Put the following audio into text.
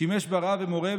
הוא שימש בה רב ומורה,